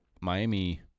Miami